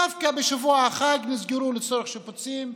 דווקא בשבוע של החג נסגרו לצורך שיפוצים,